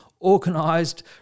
organised